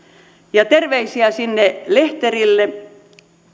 ja terveisiä sinne lehterille